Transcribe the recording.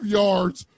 yards